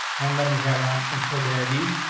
and then we have an option for the i. d.